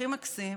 הכי מקסים.